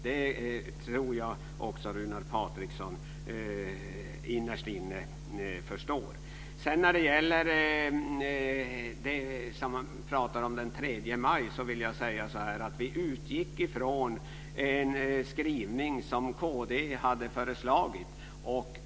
Det tror jag att också Runar Patriksson innerst inne förstår. När det gäller den 3 maj, som det här pratas om, vill jag säga att vi utgick från en skrivning som kristdemokraterna hade föreslagit.